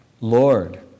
Lord